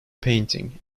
painting